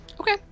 Okay